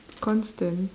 constant